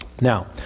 Now